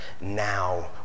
now